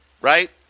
Right